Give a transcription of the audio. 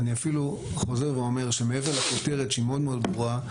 אני אפילו חוזר ואומר שמעבר לכותרת שהיא מאד מאד ברורה,